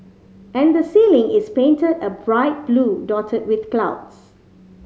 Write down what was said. and the ceiling is painted a bright blue dotted with clouds